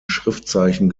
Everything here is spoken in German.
schriftzeichen